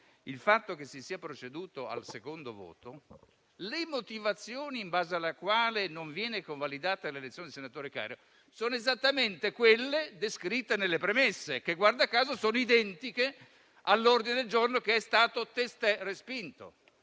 il fatto che si sia proceduto al secondo voto, le motivazioni in base alle quali non viene convalidata l'elezione del senatore Cario sono esattamente quelle descritte nelle premesse, che - guarda caso - sono identiche all'ordine del giorno che è stato testé respinto.